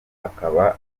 akaba